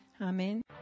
Amen